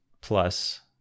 plus